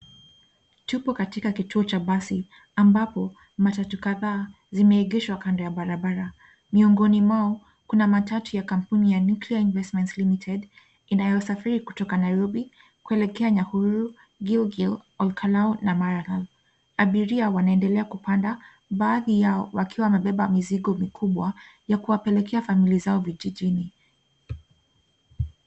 Tupo katika kituo cha basi, ambapo matatu kadhaa zimeegeshwa kando ya barabara. Miongoni mwao kuna matatu ya kampuni ya Nuclear Investments Ltd inayosafiri kutoka Nairobi kuelekea Nyahururu, Gilgil, Ol Kalou na Maralal. Abiria wanaendelea kupanda, baadhi yao wakiwa wamebeba mizigo mikubwa ya kuwapelekea familia zao vijijini.